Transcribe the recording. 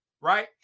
right